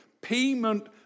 Payment